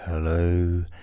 Hello